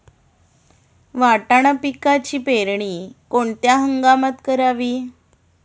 वाटाणा पिकाची पेरणी कोणत्या हंगामात करावी?